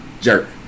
jerk